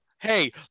hey